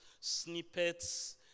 snippets